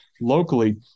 locally